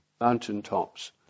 mountaintops